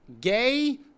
Gay